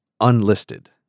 unlisted